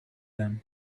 them